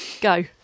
Go